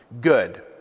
good